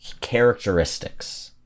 characteristics